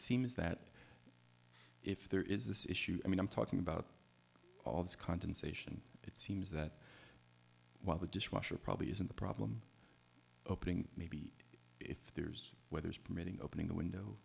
seems that if there is this issue i mean i'm talking about all this content sation it seems that while the dishwasher probably isn't the problem opening maybe if there's weather is permitting opening the window